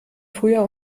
früher